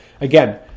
again